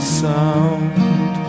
sound